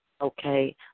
okay